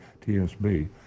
TSB